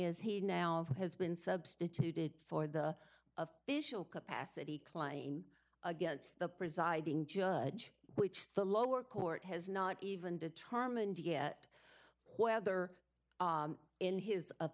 is he now has been substituted for the of visual capacity klein against the presiding judge which the lower court has not even determined yet whether in his